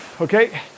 Okay